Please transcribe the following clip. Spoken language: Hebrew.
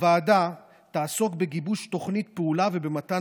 הוועדה תעסוק בגיבוש תוכנית פעולה ובמתן